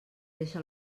deixa